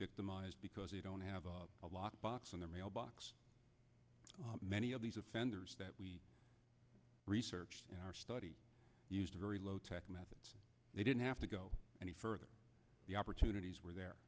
victimized because they don't have a lock box in their mailbox many of these offenders that we researched in our study used very low tech methods they didn't have to go any further the opportunities were there